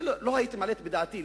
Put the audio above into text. אני לא הייתי מעלה בדעתי.